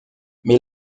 mais